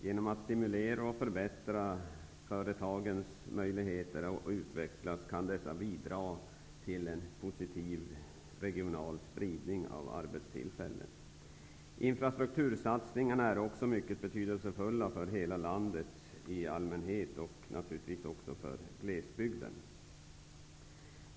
Genom att stimulera och förbättra de mindre företagens möjligheter att utvecklas kan dessa bidra till en positiv regional spridning av arbetstillfällen. Satsningarna på infrastrukturen är också betydelsefulla för hela landet i allmänhet och naturligtvis för glesbygden.